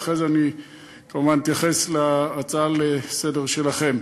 ואחרי זה אני כמובן אתייחס להצעה לסדר-היום שלכם.